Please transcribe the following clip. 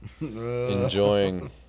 Enjoying